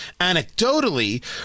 Anecdotally